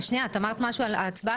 את אמרת משהו על ההצבעה,